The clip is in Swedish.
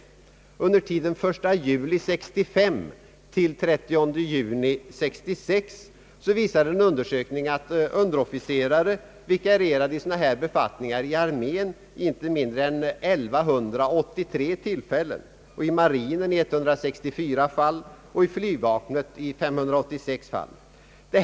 En undersökning visar att under tiden 1 juli 1965—30 juni 1966 underofficerare vikarierade i sådana befattningar inom armén vid inte mindre än 1183 tillfällen, i marinen i 164 fall och i flygvapnet vid 586 tillfällen.